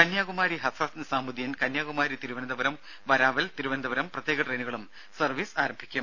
കന്യാകുമാരി ഹസ്രത്ത്നിസാമുദ്ദീൻ കന്യാകുമാരി തിരുവനന്തപുരം വരാവൽ തിരുവനന്തപുരം പ്രത്യേക ട്രെയിനുകളും സർവീസ് ആരംഭിക്കും